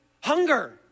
Hunger